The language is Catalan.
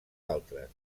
altres